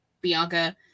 Bianca